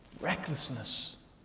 Recklessness